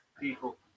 people